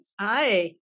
Hi